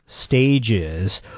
stages